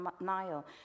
Nile